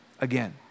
again